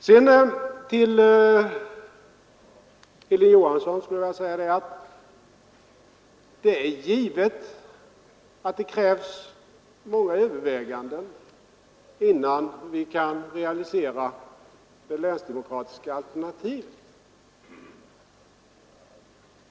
Sedan vill jag säga till herr Johansson i Trollhättan att det givetvis krävs många överväganden innan vi kan realisera det länsdemokratiska alternativet.